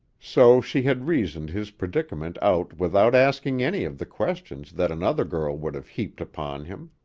so she had reasoned his predicament out without asking any of the questions that another girl would have heaped upon him.